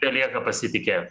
belieka pasitikėt